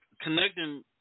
connecting